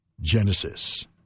Genesis